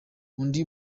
undi